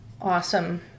awesome